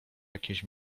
jakieś